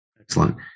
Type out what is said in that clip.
Excellent